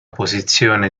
posizione